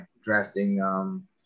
drafting –